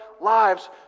lives